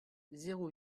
zéro